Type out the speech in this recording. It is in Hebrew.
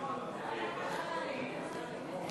למים, לשנת התקציב 2015,